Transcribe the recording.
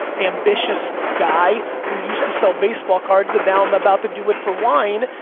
ambitious guy who used to sell baseball cards and now i'm about to do it for wine,